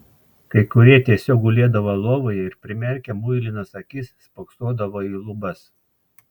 kai kurie tiesiog gulėdavo lovoje ir primerkę muilinas akis spoksodavo į lubas